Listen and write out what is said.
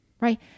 right